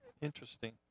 Interesting